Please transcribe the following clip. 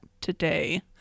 today